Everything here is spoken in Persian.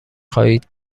خواهید